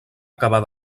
acabar